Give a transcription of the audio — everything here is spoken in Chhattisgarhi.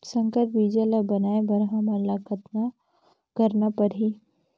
संकर बीजा ल बनाय बर हमन ल कतना करना परही?